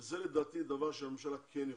וזה לדעתי דבר שהממשלה כן יכולה,